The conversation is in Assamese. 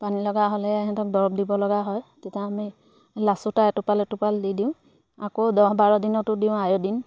পানী লগা হ'লে সিহঁতক দৰৱ দিব লগা হয় তেতিয়া আমি লাচুটা এটোপাল এটোপাল দি দিওঁ আকৌ দহ বাৰ দিনতো দিওঁ আয়ডিন